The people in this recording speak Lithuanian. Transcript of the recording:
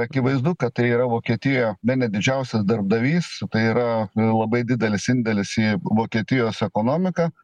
akivaizdu kad tai yra vokietijoje bene didžiausias darbdavys tai yra labai didelis indėlis į vokietijos ekonomiką